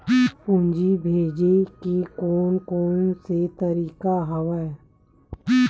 पूंजी भेजे के कोन कोन से तरीका हवय?